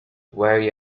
wary